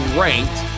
ranked